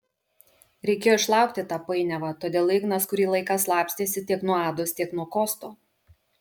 reikėjo išlaukti tą painiavą todėl ignas kurį laiką slapstėsi tiek nuo ados tiek nuo kosto